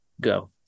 go